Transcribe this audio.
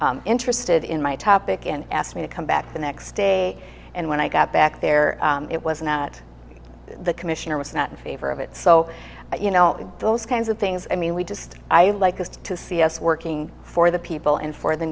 much interested in my topic and asked me to come back the next day and when i got back there it wasn't that the commissioner was not in favor of it so you know those kinds of things i mean we just i like to see us working for the people and for the